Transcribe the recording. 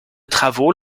travaux